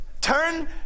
Turn